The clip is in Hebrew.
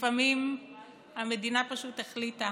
לפעמים המדינה פשוט החליטה